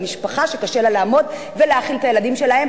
למשפחה שקשה לה לעמוד ולהאכיל את הילדים שלה,